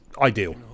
ideal